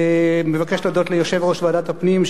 אני מבקש להודות ליושב-ראש ועדת הפנים,